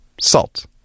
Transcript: salt